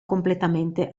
completamente